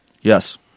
Yes